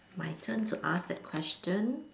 my turn to ask that question